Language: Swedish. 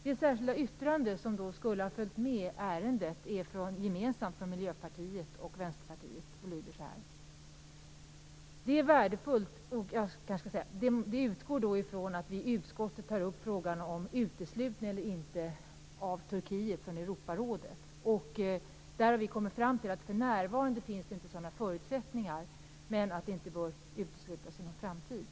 Det särskilda yttrande som skulle ha medföljt ärendet är gemensamt för Miljöpartiet och Vänsterpartiet. Utgångspunkten är att utskottet tar upp frågan om uteslutning eller inte av Turkiet från Europarådet. Vi har kommit fram till att det för närvarande inte finns sådana förutsättningar, men att möjligheten inte bör uteslutas för framtiden.